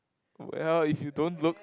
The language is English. well if you don't look